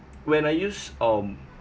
when I use um